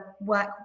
work